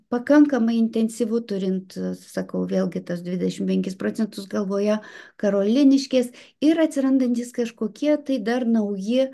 pakankamai intensyvu turint sakau vėlgi tuo dvidešimt penkis procentus galvoje karoliniškės ir atsirandantys kažkokie tai dar nauji